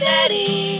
Daddy